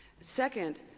Second